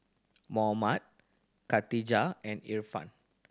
Muhammad Khatijah and Irfan